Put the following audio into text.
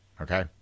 Okay